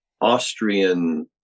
Austrian